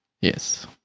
Yes